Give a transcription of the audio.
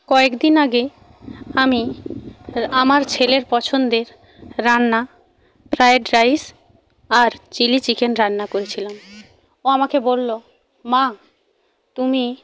কয়েক দিন আগে আমি আমার ছেলের পছন্দের রান্না ফ্রায়েড রাইস আর চিলি চিকেন রান্না করেছিলাম ও আমাকে বললো মা তুমি